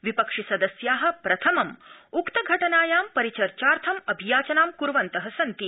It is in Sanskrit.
विपक्षिसदस्या प्रथमं उक्तघटनायां परिचर्चार्थं अभियाचनां क्र्वन्त सन्ति